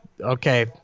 okay